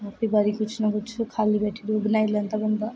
केंई बारी कुछ ना कुछ खाली बेेठी दा होंदा ते ओह् बनाई लैंदा बंदा